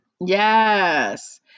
Yes